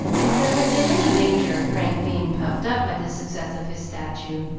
if there had been any danger of frank being puffed up by the success of his statue,